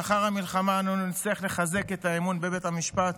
לאחר המלחמה נצטרך לחזק את האמון בבית המשפט,